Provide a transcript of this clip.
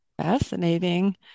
Fascinating